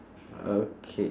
okay